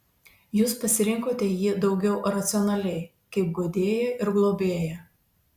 jūs pasirinkote jį daugiau racionaliai kaip guodėją ir globėją